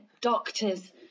doctors